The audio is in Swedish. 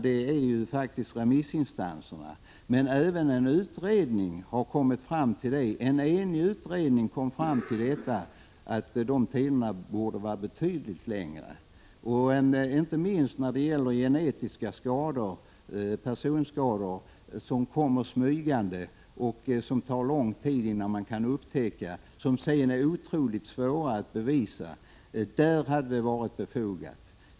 Det är faktiskt remissinstanserna, liksom en enig utredning, som har kommit fram till att preskriptionstiden borde vara betydligt längre. Inte minst när det gäller genetiska personskador, som kommer smygande, som det tar lång tid att upptäcka och som det sedan är otroligt svårt att bevisa orsakerna till, hade det varit befogat.